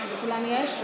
לכולם יש?